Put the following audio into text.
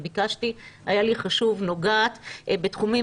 אני ביקשתי; היה לי חשוב נוגעת בתחומים